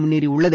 முன்னேறியுள்ளது